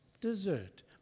dessert